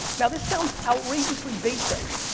now this sounds outrageously basic,